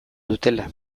dutela